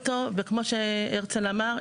וכמו שהרצל אמר,